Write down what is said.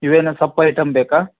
ಇವೇನು ಸೊಪ್ಪು ಐಟಮ್ ಬೇಕಾ